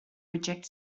reject